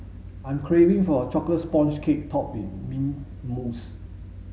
I'm craving for a chocolate sponge cake topped mints mousse